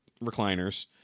recliners